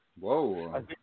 Whoa